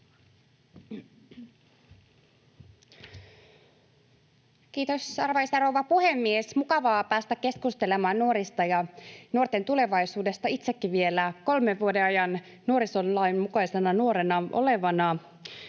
Kiitos, arvoisa rouva puhemies! Mukavaa päästä keskustelemaan nuorista ja nuorten tulevaisuudesta itsekin vielä kolmen vuoden ajan nuorisolain mukaisena nuorena olevana.